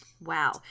Wow